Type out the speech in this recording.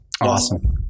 awesome